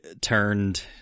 turned